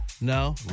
No